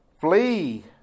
Flee